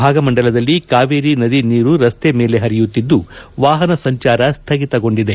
ಭಾಗಮಂಡಲದಲ್ಲಿ ಕಾವೇರಿ ನದಿ ನೀರು ರಸ್ತೆ ಮೇಲೆ ಹರಿಯುತ್ತಿದ್ದು ವಾಹನ ಸಂಚಾರ ಸ್ವಗಿತಗೊಂಡಿದೆ